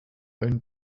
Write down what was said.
owned